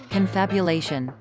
Confabulation